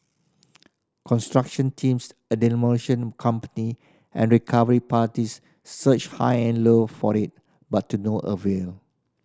construction teams a demolition company and recovery parties searched high and low for it but to no avail